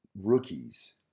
rookies